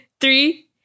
three